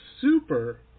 super